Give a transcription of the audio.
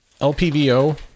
lpvo